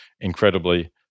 incredibly